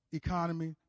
economy